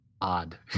odd